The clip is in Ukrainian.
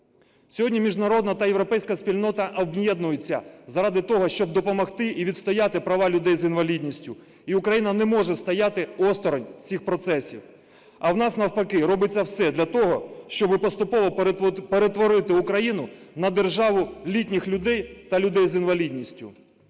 Сьогодні міжнародна та європейська спільнота об'єднуються заради того, щоб допомогти і відстояти права людей з інвалідністю. І Україна не може стояти осторонь цих процесів. А у нас навпаки робиться все для того, щоб поступово перетворити Україну на державу літніх людей та людей з інвалідністю.